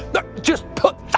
no! just put.